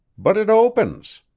but it opens.